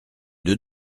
deux